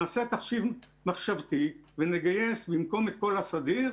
נעשה תחשיב מחשבתי ונגייס במקום את כל החובה,